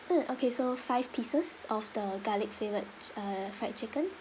mm okay so five pieces of the garlic flavoured ch~ uh fried chicken